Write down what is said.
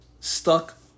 Stuck